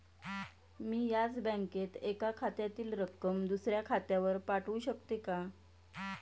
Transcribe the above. मी याच बँकेत एका खात्यातील रक्कम दुसऱ्या खात्यावर पाठवू शकते का?